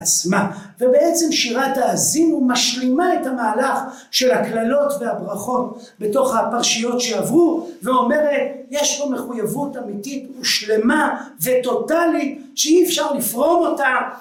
ובעצם שירת האזינו משלימה את המהלך של הקללות והברכות בתוך הפרשיות שעברו ואומרת יש פה מחויבות אמיתית ושלמה וטוטאלית שאי אפשר לפרום אותה